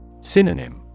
Synonym